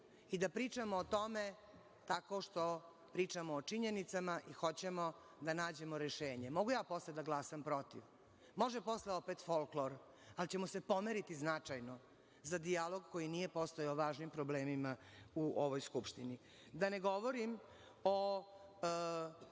i da pričamo o tome tako što pričamo o činjenicama i hoćemo da nađemo rešenje. Može posle opet folklor ali ćemo se pomeriti značajno za dijalog koji nije postojao o važnim problemima u ovo Skupštini. Da ne govorim o